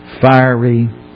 fiery